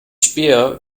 späher